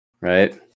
Right